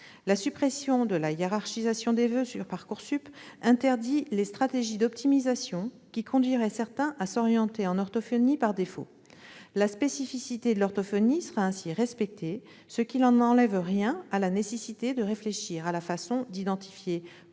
La suppression de la hiérarchisation des voeux sur Parcoursup interdit les stratégies d'optimisation qui conduiraient certains à s'orienter en orthophonie « par défaut ». La spécificité de l'orthophonie sera ainsi respectée, ce qui n'enlève rien à la nécessité de réfléchir à la façon d'identifier